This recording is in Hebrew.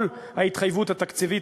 כל ההתחייבות התקציבית,